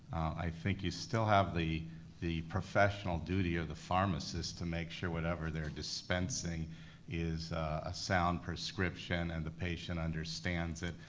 i think you still have the the professional duty of the pharmacist to make sure whatever they're dispensing is a sound prescription, and the patient understands it,